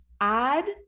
add